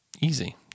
Easy